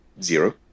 zero